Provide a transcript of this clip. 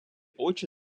очі